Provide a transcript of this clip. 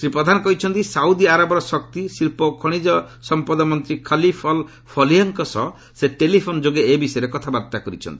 ଶ୍ରୀ ପ୍ରଧାନ କହିଛନ୍ତି ସାଉଦି ଆରବର ଶକ୍ତି ଶିଳ୍ପ ଓ ଖଣିଜ ସମ୍ପଦ ମନ୍ତ୍ରୀ ଖଲିଫ୍ ଅଲ୍ ଫଲିହ୍ଙ୍କ ସହ ସେ ଟେଲିଫୋନ୍ ଯୋଗେ ଏ ବିଷୟରେ କଥାବାର୍ତ୍ତା କରିଛନ୍ତି